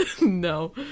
No